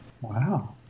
Wow